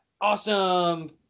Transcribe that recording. awesome